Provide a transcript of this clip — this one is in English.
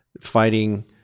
fighting